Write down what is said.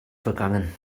vergangen